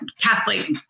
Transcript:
Catholic